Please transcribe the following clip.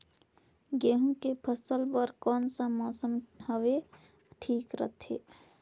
गहूं के फसल बर कौन सा मौसम हवे ठीक रथे?